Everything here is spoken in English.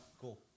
Cool